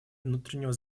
внутреннего